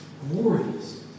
glorious